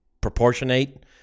proportionate